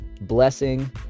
blessing